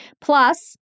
Plus